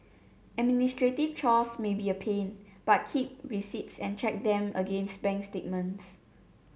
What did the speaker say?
administrative chores may be a pain but keep receipts and check them against bank statements